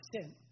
sin